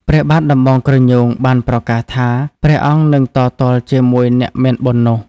ព្រះបាទដំបងក្រញូងបានប្រកាសថា ព្រះអង្គនឹងតទល់ជាមួយអ្នកមានបុណ្យនោះ ។